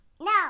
No